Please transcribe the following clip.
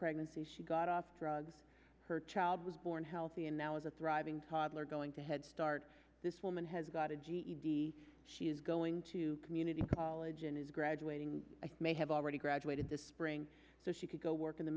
pregnancy she got up drugs her child was born healthy and now is a thriving toddler going to head start this woman has got a ged she is going to community college and is graduating may have already graduated this spring so she could go work in the